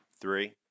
three